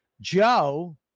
Joe